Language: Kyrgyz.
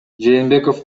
жээнбеков